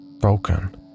broken